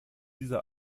dieser